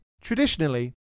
Traditionally